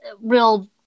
Real